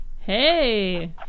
hey